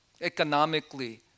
economically